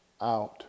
out